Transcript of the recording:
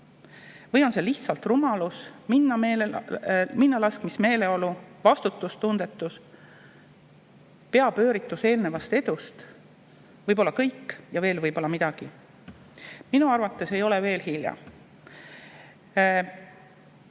Või on see lihtsalt rumalus, minnalaskmismeeleolu, vastutustundetus, peapööritus eelnevast edust? Võib-olla kõik ja võib-olla veel midagi. Minu arvates ei ole veel hilja.